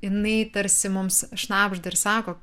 jinai tarsi mums šnabžda ir sako